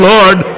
Lord